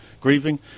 grieving